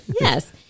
Yes